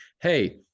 hey